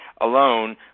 alone